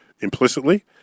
implicitly